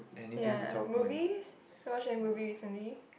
ya movies have you watched a movie recently